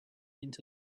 into